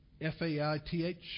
F-A-I-T-H